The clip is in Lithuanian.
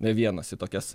vienas į tokias